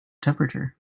temperature